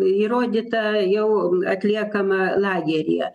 įrodyta jau atliekama lageryje